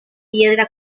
piedra